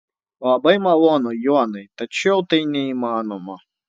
labai malonu jonai tačiau tai neįmanoma